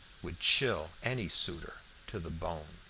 would chill any suitor to the bone.